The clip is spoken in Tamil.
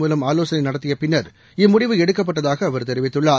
மூலம் ஐஐ ஆலோசனைநடத்தியபின்னர் இம்முடிவு எடுக்கப்பட்டதாகஅவர் தெரிவித்துள்ளார்